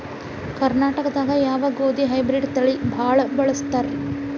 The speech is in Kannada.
ಕರ್ನಾಟಕದಾಗ ಯಾವ ಗೋಧಿ ಹೈಬ್ರಿಡ್ ತಳಿ ಭಾಳ ಬಳಸ್ತಾರ ರೇ?